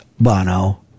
Bono